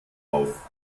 auf